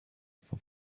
for